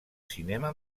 cinema